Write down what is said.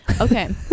Okay